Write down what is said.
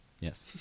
Yes